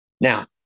Now